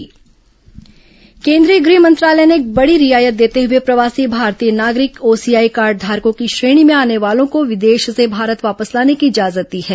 ग ह मंत्रालय र्केन्द्रीय गृह मंत्रालय ने एक बड़ी रियायत देते हुए प्रवासी भारतीय नागरिक ओसीआई कार्डघारकों की श्रेणी में आने वालों को विदेश से भारत वापस लाने की इजाजत दी है